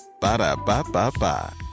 Ba-da-ba-ba-ba